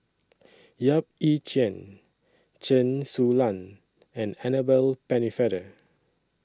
Yap Ee Chian Chen Su Lan and Annabel Pennefather